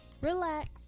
relax